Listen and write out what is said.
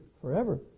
forever